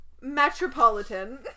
Metropolitan